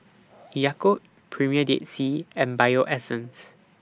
Yakult Premier Dead Sea and Bio Essence